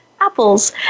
apples